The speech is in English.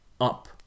up